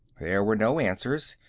there were no answers.